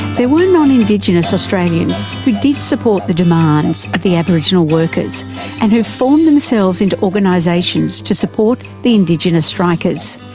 there were non-indigenous australians who did support the demands of the aboriginal workers and who formed themselves into organisations to support the indigenous strikers.